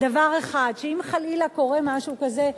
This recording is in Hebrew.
דבר אחד: שאם חלילה קורה משהו כזה,